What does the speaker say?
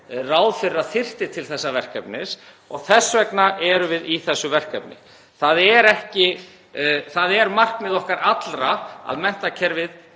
ráð fyrir að þyrfti til þessa verkefnis. Þess vegna erum við í þessu verkefni. Það er markmið okkar allra að menntakerfið